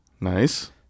Nice